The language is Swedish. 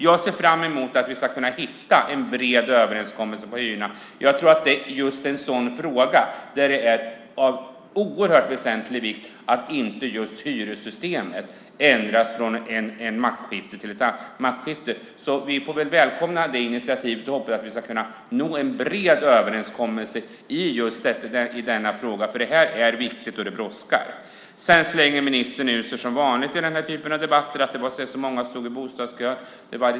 Jag ser fram emot att vi ska kunna hitta en bred överenskommelse om hyrorna. Jag tror att det är just en sådan fråga där det är av oerhörd vikt att inte just hyressystemet ändras vid ett maktskifte. Vi får väl välkomna det initiativet och hoppas att vi ska kunna nå en bred överenskommelse i denna fråga, för det här är viktigt, och det brådskar. Sedan slänger ministern, som vanligt i den här typen av debatter, ur sig att det var så många som stod i bostadskö.